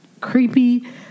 Creepy